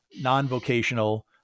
non-vocational